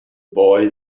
boy